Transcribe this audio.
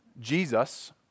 Jesus